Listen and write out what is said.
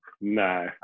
No